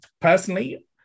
personally